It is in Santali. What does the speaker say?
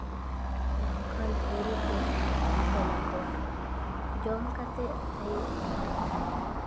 ᱵᱟᱝᱠᱷᱟᱱ ᱦᱩᱲᱩ ᱠᱚ ᱮᱢᱟ ᱠᱚᱣᱟ ᱡᱚᱢ ᱠᱟᱛᱮᱫ ᱟᱹᱭᱩᱵ